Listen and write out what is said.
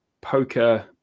poker